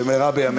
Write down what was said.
במהרה בימינו.